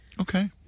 Okay